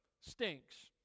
stinks